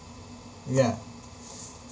yeah